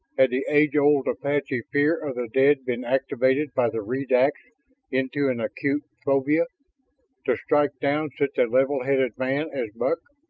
had the age-old apache fear of the dead been activated by the redax into an acute phobia to strike down such a level-headed man as buck?